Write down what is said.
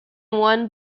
one